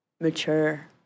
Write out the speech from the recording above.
mature